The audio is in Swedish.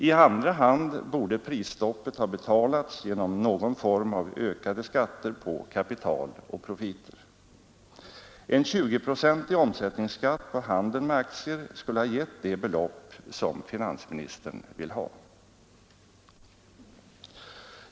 I andra hand borde prisstoppet ha betalats genom någon form av ökade skatter på kapital och profiter. En 20-procentig omsättningsskatt på handeln med aktier skulle ha givit det belopp som finansministern vill ha.